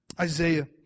Isaiah